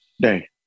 Day